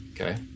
Okay